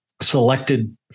selected